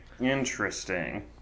Interesting